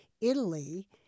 Italy